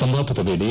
ಸಂವಾದದ ವೇಳೆ